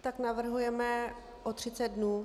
Tak navrhujeme o 30 dnů.